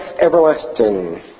everlasting